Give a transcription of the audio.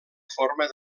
forma